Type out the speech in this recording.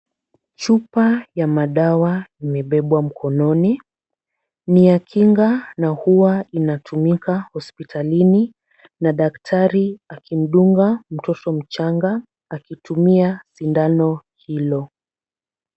Chupa ya madawa imebebwa mkononi, ni ya kinga na huwa inatumika hospitalini na daktari akimdunga mtoto mchanga akitumia sindano hilo.